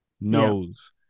knows